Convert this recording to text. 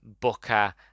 Booker